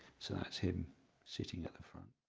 so that's him sitting at the front.